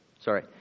Sorry